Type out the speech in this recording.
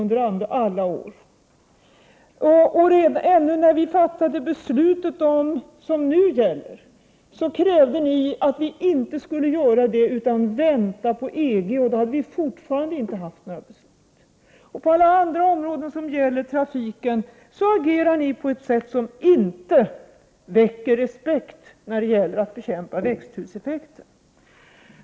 Innan vi fattade det beslut som nu gäller krävde ni att vi inte skulle göra det utan avvakta EG:s regler. Om vi hade gjort så skulle vi ännu inte ha något beslut i frågan. På alla andra områden som gäller trafiken agerar ni på ett sätt som inte väcker respekt när det gäller att bekämpa växthuseffekten.